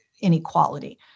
inequality